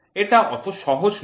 এটা অত সহজ নয়